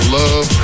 love